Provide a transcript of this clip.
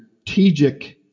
strategic